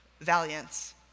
Valiance